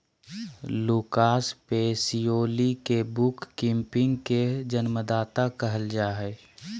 Lucas Pacioli के book keeping के जन्मदाता कहल जा हइ